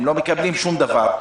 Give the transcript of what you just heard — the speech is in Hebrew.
הם לא מקבלים שום דבר.